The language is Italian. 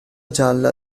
gialla